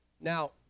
Now